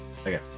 okay